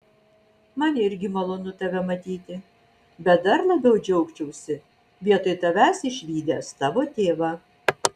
man irgi malonu tave matyti bet dar labiau džiaugčiausi vietoj tavęs išvydęs tavo tėvą